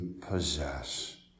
possess